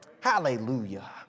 Hallelujah